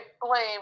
blame